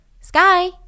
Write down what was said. Sky